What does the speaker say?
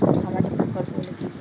সামাজিক প্রকল্পগুলি কি কি?